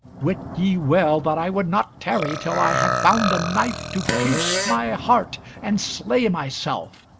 wit ye well that i would not tarry till i had found a knife to pierce my heart and slay myself.